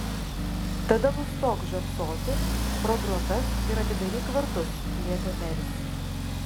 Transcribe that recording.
tada nustok žiopsoti pro grotas ir atidaryk vartus liepė meris